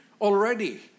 already